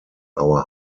our